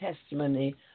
testimony